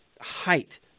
height